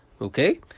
okay